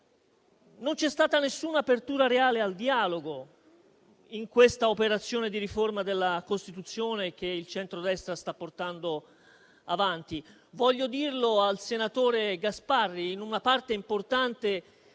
Non c'è stata alcuna apertura reale al dialogo in questa operazione di riforma della Costituzione che il centrodestra sta portando avanti. Voglio dirlo al senatore Gasparri, che in una parte importante